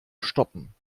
stoppen